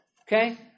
Okay